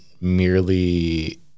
merely